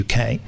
UK